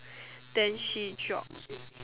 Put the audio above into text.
then she drop